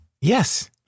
Yes